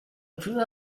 prima